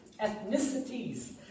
ethnicities